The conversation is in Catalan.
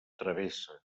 travessa